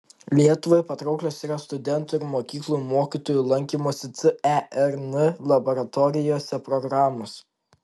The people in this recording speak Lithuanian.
lietuvai patrauklios yra studentų ir mokyklų mokytojų lankymosi cern laboratorijose programos